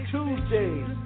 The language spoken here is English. Tuesdays